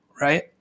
right